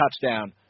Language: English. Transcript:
touchdown